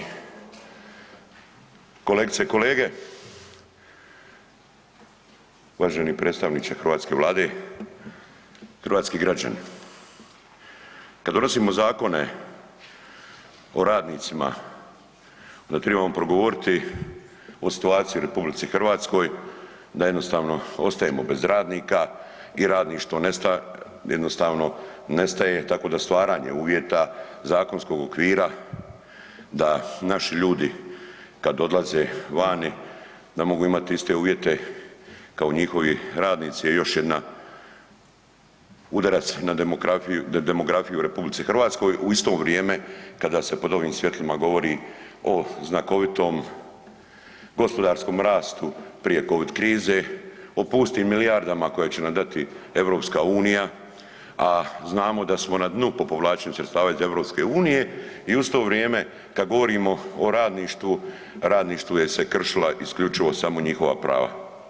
Kolegice i kolege, uvaženi predstavniče hrvatske Vlade, hrvatski građani, kad donosimo zakone o radnicima onda tribamo progovoriti o situaciji u RH da jednostavno ostajemo bez radnika i radništvo nestaje, jednostavno nestaje tako da stvaranje uvjeta zakonskog okvira da naši ljudi kad odlaze vani da mogu imati iste uvjete kao njihovi radnici je još jedna udarac na demografiju u RH u isto vrijeme kada se pod ovim svjetlima govori o znakovitom gospodarskom rastu prije Covid krize, o pustim milijardama koje će nam dati EU, a znamo da smo na dnu po povlačenju sredstava iz EU i u isto vrijeme kad govorimo o radništvu, radništvu se je kršila isključivo samo njihova prava.